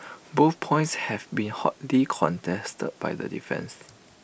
both points have been hotly contested by the defence